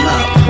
up